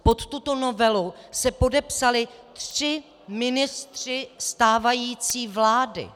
Pod tuto novelu se podepsali tři ministři stávající vlády.